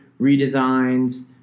redesigns